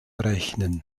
rechnen